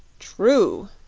true,